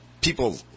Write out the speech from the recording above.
people